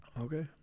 Okay